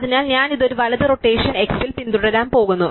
അതിനാൽ ഞാൻ ഇത് ഒരു വലത് റൊട്ടേഷൻ x ൽ പിന്തുടരാൻ പോകുന്നു